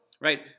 right